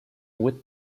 with